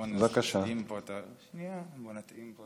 האם נמצא במליאה